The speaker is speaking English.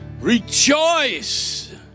Rejoice